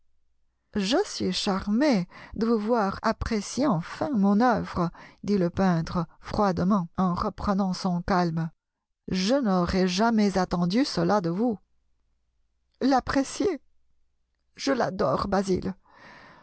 je suis charmé de vous voir apprécier enfin mon œuvre dit le peintre froidement en reprenant son calme je n'aurais jamais attendu cela de vous l'apprécier je l'adore basil